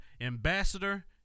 ambassador